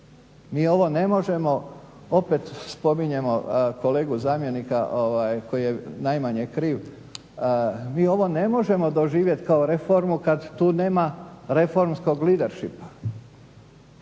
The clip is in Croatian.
Mi ovo ne možemo opet spominjemo kolegu zamjenika koji je najmanje kriv, mi ovo ne možemo doživjeti kao reformu kada tu nema reformskog lidershipa